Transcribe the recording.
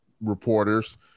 reporters